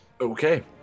Okay